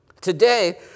Today